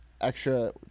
extra